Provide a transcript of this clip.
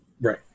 Right